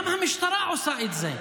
גם המשטרה עושה את זה,